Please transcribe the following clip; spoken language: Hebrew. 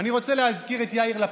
אני רוצה להזכיר את יאיר לפיד,